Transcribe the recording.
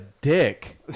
dick